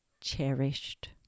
cherished